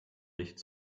licht